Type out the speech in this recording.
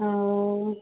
اوہ